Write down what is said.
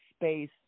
space